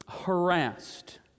harassed